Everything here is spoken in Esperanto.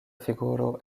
figuro